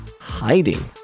hiding